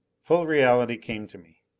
full reality came to me.